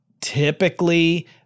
typically